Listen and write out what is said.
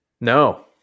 No